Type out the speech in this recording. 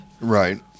Right